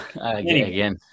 again